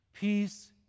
Peace